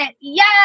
yes